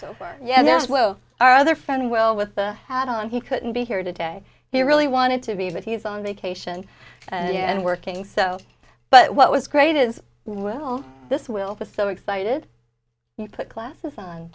so yes well our other friend well with the hat on he couldn't be here today he really wanted to be but he's on vacation and working so but what was great is will this will the so excited you put glasses on